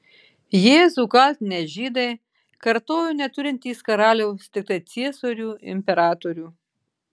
jėzų kaltinę žydai kartojo neturintys karaliaus tiktai ciesorių imperatorių